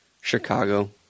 Chicago